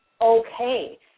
okay